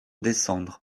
descendre